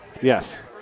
Yes